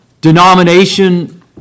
denomination